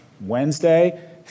Wednesday